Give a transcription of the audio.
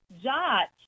Jot